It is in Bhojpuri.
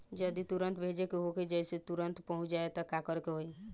जदि तुरन्त भेजे के होखे जैसे तुरंत पहुँच जाए त का करे के होई?